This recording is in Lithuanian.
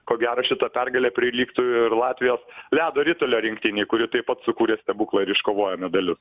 ko gero šita pergalė prilygtų ir latvijos ledo ritulio rinktinei kuri taip pat sukūrė stebuklą ir iškovojo medalius